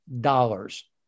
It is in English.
dollars